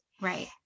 Right